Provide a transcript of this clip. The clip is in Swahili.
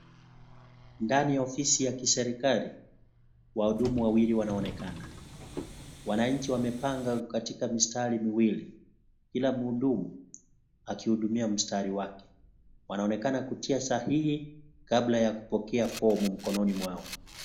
Ndani ya ofisi ya kiserikali, wahudumu wawili wanaonekana, wananchi wamepanga katika mistari miwili, kila mhudumu akihudumia mstari wake, wanaonekana kujaza hii kabla ya kupokea fomu mkononi mwao.